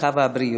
הרווחה והבריאות.